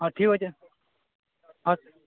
ହଁ ଠିକ୍ ଅଛି ହଁ